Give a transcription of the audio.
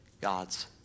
God's